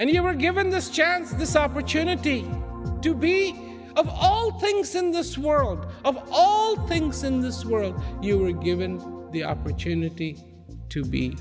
and you were given this chance this opportunity to be all things in this world of all things in this world you were given the opportunity to be